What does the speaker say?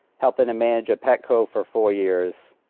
helpin' to manage a petco for four years.